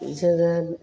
जोङो